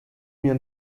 mir